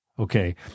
Okay